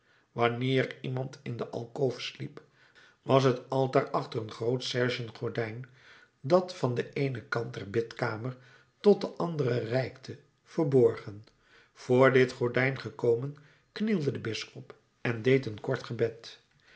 wanneer iemand in de alkoof sliep was het altaar achter een groot sergen gordijn dat van den eenen kant der bidkamer tot den anderen reikte verborgen voor dit gordijn gekomen knielde de bisschop en deed een kort gebed